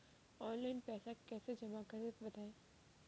Online पैसा कैसे जमा करें बताएँ?